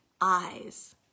eyes